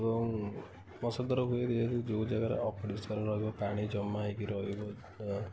ଏବଂ ମଶା ଦ୍ୱାରା ହୁଏ ଯେଉଁ ଯାଗାରେ ଅପରିଷ୍କାର ରହିବ ପାଣି ଜମା ହେଇକି ରହିବ ତ